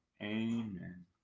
Amen